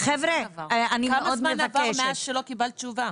כמה זמן עבר מאז שלא קיבלת תשובה?